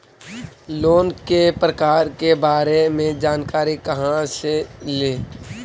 Loan के प्रकार के बारे मे जानकारी कहा से ले?